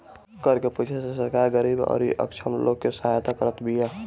कर के पईसा से सरकार गरीबी अउरी अक्षम लोग के सहायता करत बिया